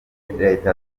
leta